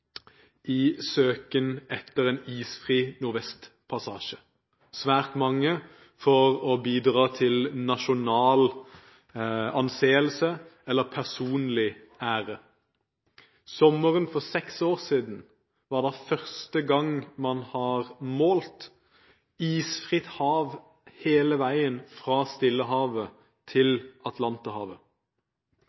i søken etter en isfri nordvestpassasje – svært mange for å bidra til nasjonal anseelse eller personlig ære. Sommeren for seks år siden var første gang man målte isfritt hav hele veien fra Stillehavet til Atlanterhavet.